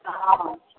हँ